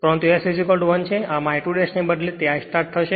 અને આમાં I2 ને બદલે તે I start થશે